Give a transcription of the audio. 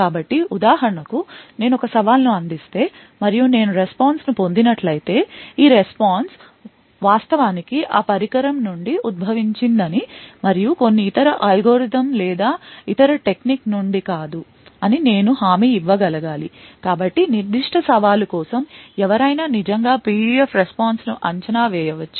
కాబట్టి ఉదాహరణకు నేను ఒక సవాలును అందిస్తే మరియు నేను response ను పొందినట్లయితే ఈ response వాస్తవానికి ఆ పరికరం నుండి ఉద్భవించిందని మరియు కొన్ని ఇతర అల్గోరిథం లేదా ఇతర టెక్నిక్ నుండి కాదు అని నేను హామీ ఇవ్వగలగాలి కాబట్టి నిర్దిష్ట సవాలు కోసం ఎవరైనా నిజంగా PUF response ను అంచనా వేయవచ్చు